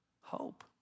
hope